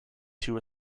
two